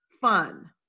fun